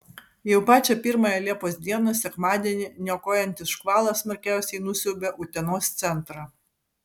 jau pačią pirmąją liepos dieną sekmadienį niokojantis škvalas smarkiausiai nusiaubė utenos centrą